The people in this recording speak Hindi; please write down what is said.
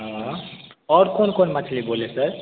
हाँ और कौन कौन मछ्ली बोलें सर